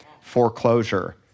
Foreclosure